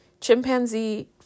chimpanzee